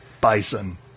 Bison